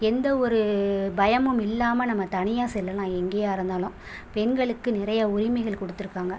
எந்த ஒரு பயமும் இல்லாமல் நம்ம தனியாக செல்லெலாம் எங்கேயா இருந்தாலும் பெண்களுக்கு நிறைய உரிமைகள் கொடுத்து இருக்காங்க